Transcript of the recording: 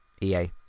EA